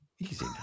Easy